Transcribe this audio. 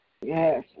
Yes